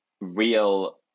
real